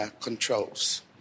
controls